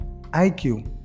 IQ